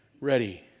Ready